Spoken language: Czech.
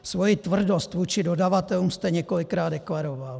Svoji tvrdost vůči dodavatelům jste několikrát deklaroval.